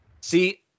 See